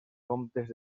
comptes